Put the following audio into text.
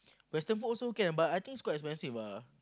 western food also can but I think it's quite expensive ah